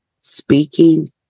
speaking